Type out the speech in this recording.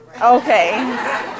Okay